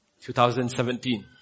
2017